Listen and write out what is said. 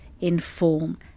inform